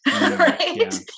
right